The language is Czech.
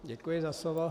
Děkuji za slovo.